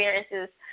experiences